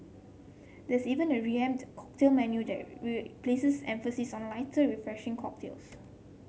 there's even a revamped cocktail menu we places emphasis on lighter refreshing cocktails